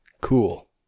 Cool